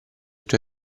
tue